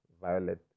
violet